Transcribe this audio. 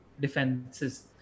defenses